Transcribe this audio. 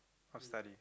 or study